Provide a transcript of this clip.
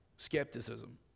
Skepticism